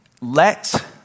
Let